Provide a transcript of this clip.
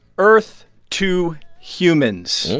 earth to humans.